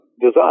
design